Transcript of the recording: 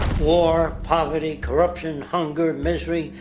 war, poverty, corruption, hunger, misery,